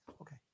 Okay